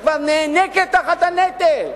שכבר נאנקת תחת הנטל?